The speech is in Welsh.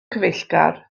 cyfeillgar